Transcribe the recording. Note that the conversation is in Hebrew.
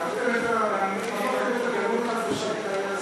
ואכן הם קשורים בעבותות זה לזה,